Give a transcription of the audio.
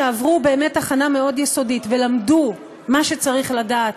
שעברו באמת הכנה מאוד יסודית ולמדו מה שצריך לדעת,